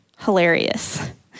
hilarious